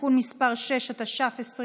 (תיקון מס' 6), התש"ף 2020,